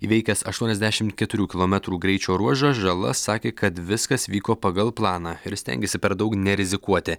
įveikęs aštuoniasdešim keturių kilometrų greičio ruožą žala sakė kad viskas vyko pagal planą ir stengėsi per daug nerizikuoti